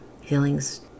healings